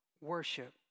worship